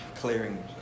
clearing